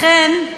לכן,